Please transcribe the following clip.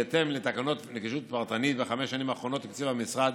בהתאם לתקנות נגישות פרטנית: בחמש השנים האחרונות תקצב המשרד